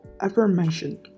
affirmation